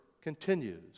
continues